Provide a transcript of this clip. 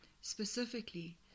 specifically